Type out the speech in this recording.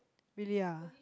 really ah